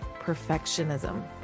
perfectionism